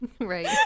right